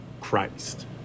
Christ